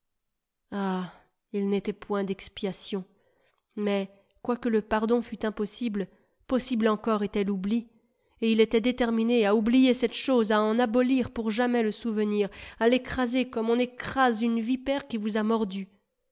il n'était point d'expiation mais quoique le pardon fût impossible possible encore était l'oubli et il était déterminé à oublier cette chose à en abolir pour jamais le souvenir à l'écraser comme on écrase une vipère qui vous a mordu